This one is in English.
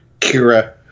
Kira